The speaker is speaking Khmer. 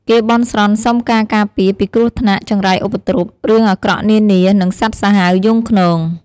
គេបន់ស្រន់សុំការការពារ ពីគ្រោះថ្នាក់ ចង្រៃឧបទ្រព រឿងអាក្រក់នានា និងសត្វសាហាវយង់ឃ្នង។